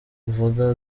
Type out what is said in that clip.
uvuga